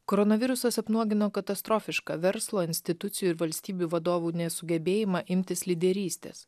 koronavirusas apnuogino katastrofišką verslo institucijų ir valstybių vadovų nesugebėjimą imtis lyderystės